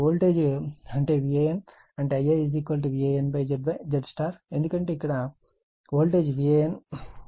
ఇక్కడ వోల్టేజ్ అంటే VAN అంటే Ia VAN ZY ఎందుకంటే ఇక్కడ వోల్టేజ్ VAN